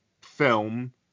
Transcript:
film